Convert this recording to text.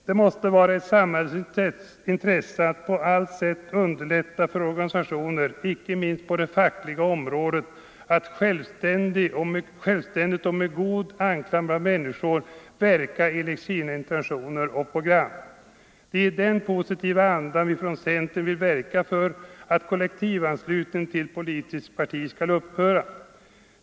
Det måste vara ett samhällets intresse att på allt sätt underlätta för organisationer - icke minst på det fackliga området — att självständigt och med god anklang bland människor verka enligt sina intentioner och program. Det är i den positiva andan vi från centern vill verka för att kollektivanslutning till politiskt parti skall upphöra.